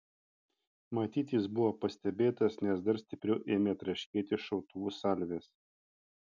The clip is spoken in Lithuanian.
matyt jis buvo pastebėtas nes dar stipriau ėmė traškėti šautuvų salvės